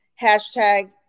hashtag